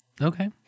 Okay